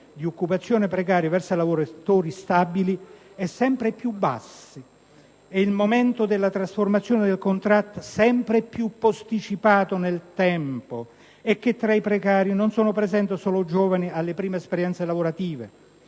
di occupazioni precarie verso lavori stabili è sempre più basso e il momento della trasformazione del contratto sempre più posticipato nel tempo» e che tra i precari non sono presenti solo giovani alle prime esperienze lavorative,